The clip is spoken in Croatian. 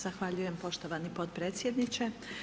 Zahvaljujem poštovani potpredsjedniče.